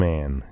Man